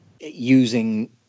using